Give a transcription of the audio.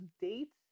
date